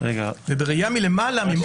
ובראייה מלמעלה -- רגע,